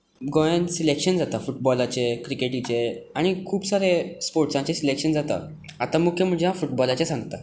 गोंयांत सिलेक्शन जाता फुटबॉलाचें क्रिकेटीचें आनी खूब सारें स्पोर्ट्सांचें सिलेक्शन जाता आतां मुख्य म्हणजें हांव फुटबॉलाचें सांगतां